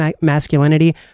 masculinity